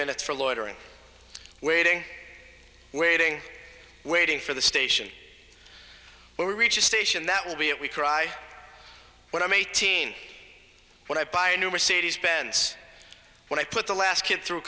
minutes for loitering waiting waiting waiting for the station when we reach a station that will be it we cry when i'm eighteen when i buy a new mercedes benz when i put the last kid through